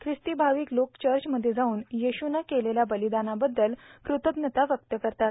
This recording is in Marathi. खिस्ती भाविक लोक चर्चमध्ये जाऊन येशूनं केलेल्या बलिदानाबद्दल कृतज्ञता व्यक्त करतात